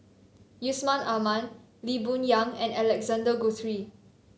Yusman Aman Lee Boon Yang and Alexander Guthrie